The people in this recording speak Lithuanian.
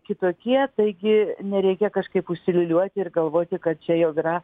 kitokie taigi nereikia kažkaip užsiliūliuoti ir galvoti kad čia jau yra